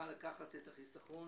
יוכלו לקחת את החיסכון